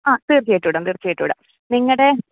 ആ തീർച്ചയായിട്ടും ഇടാം തീർച്ചയായിട്ടും ഇടാം നിങ്ങളുടെ